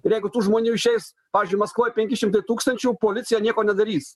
ir jeigu tų žmonių išeis pavyzdžiui maskvoj penki šimtai tūkstančių policija nieko nedarys